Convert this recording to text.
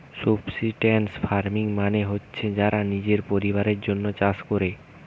subsistence farming মানে হচ্ছে যারা নিজের পরিবারের জন্যে চাষ কোরে